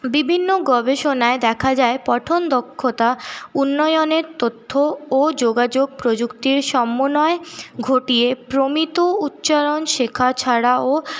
বিভিন্ন গবেষণায় দেখা যায় পঠন দক্ষতা উন্নয়নের তথ্য ও যোগাযোগ প্রযুক্তির সমন্বয় ঘটিয়ে প্রমিত উচ্চারণ শেখা ছাড়াও